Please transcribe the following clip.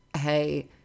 hey